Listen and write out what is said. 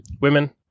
Women